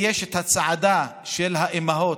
יש צעדה של האימהות.